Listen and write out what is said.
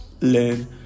learn